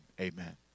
amen